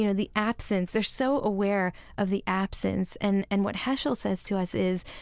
you know the absence. they're so aware of the absence. and and what heschel says to us is,